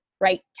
right